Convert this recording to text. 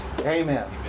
Amen